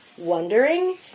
wondering